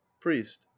priest